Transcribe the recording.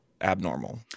abnormal